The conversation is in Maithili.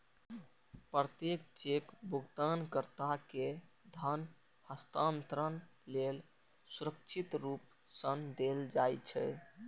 प्रत्येक चेक भुगतानकर्ता कें धन हस्तांतरण लेल सुरक्षित रूप सं देल जाइ छै